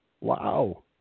Wow